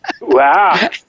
Wow